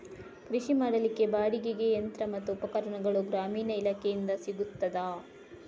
ಕೃಷಿ ಮಾಡಲಿಕ್ಕೆ ಬಾಡಿಗೆಗೆ ಯಂತ್ರ ಮತ್ತು ಉಪಕರಣಗಳು ಗ್ರಾಮೀಣ ಇಲಾಖೆಯಿಂದ ಸಿಗುತ್ತದಾ?